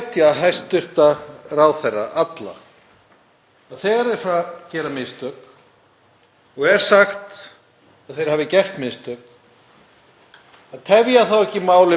að tefja ekki málið með því að fara í einhvern málarekstur heldur einfaldlega vera meiri menn og konur og taka því.